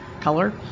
color